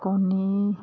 কণী